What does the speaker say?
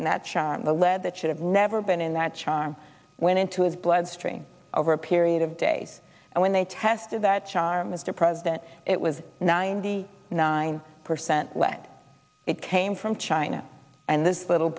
in that shot the lead that should have never been in that charm went into his bloodstream over a period of days and when they tested that charm mr president it was ninety nine percent lead it came from china and this little